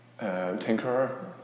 tinkerer